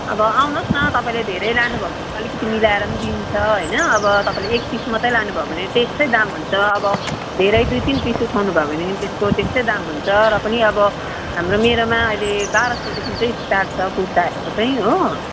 अब आउनुहोस् न तपाईँले धेरै लानुभयो भने त अलिकति मिलाएर पनि दिन्छ होइन अब तपाईँले एक पिस मात्रै लानुभयो भने त्यस्तै दाम हुन्छ अब धेरै दुई तिन पिस उठाउनुभयो भने त्यसको त्यस्तै दाम हुन्छ र पनि अब हाम्रो मेरोमा अहिले बाह्र सयदेखिन्कै स्टार्ट छ कुर्ताहरूको चाहिँ हो